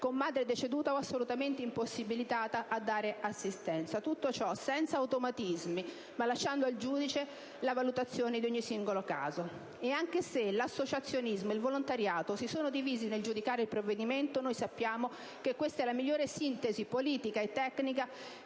con madre deceduta o assolutamente impossibilitata a dare assistenza. Tutto ciò senza automatismi, ma lasciando al giudice la valutazione di ogni singolo caso. E anche se 1'associazionismo e il volontariato si sono divisi nel giudicare il provvedimento, sappiamo che questa è la migliore sintesi politica e tecnica